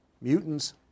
mutants